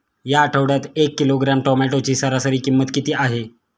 या आठवड्यात एक किलोग्रॅम टोमॅटोची सरासरी किंमत किती आहे?